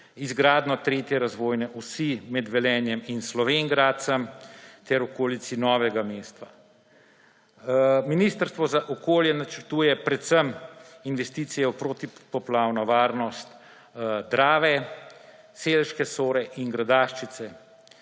izgradnjo tretje razvojne osi med Velenjem in Slovenj Gradcem ter v okolici Novega mesta. Ministrstvo za okolje in prostor načrtuje predvsem investicije v protipoplavno varnost Drave, Selške Sore in Gradaščice.